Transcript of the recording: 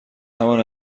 همان